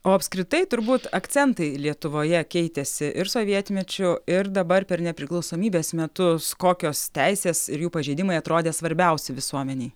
o apskritai turbūt akcentai lietuvoje keitėsi ir sovietmečiu ir dabar per nepriklausomybės metus kokios teisės ir jų pažeidimai atrodė svarbiausi visuomenei